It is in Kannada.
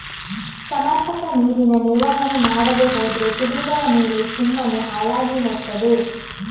ಸಮರ್ಪಕ ನೀರಿನ ನಿರ್ವಹಣೆ ಮಾಡದೇ ಹೋದ್ರೆ ಕುಡಿವ ನೀರು ಸುಮ್ಮನೆ ಹಾಳಾಗಿ ಹೋಗ್ತದೆ